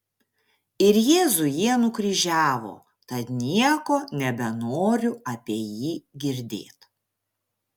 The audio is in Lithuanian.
ir jėzų jie nukryžiavo tad nieko nebenoriu apie jį girdėt